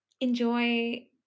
enjoy